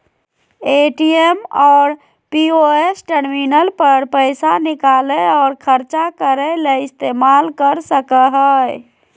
ATM और POS terminal पर पैसा निकालय और ख़र्चा करय ले इस्तेमाल कर सकय हइ